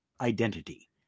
Identity